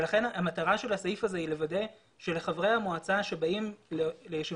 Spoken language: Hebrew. לכן המטרה של הסעיף הזה היא לוודא שלחברי המועצה שבאים לישיבה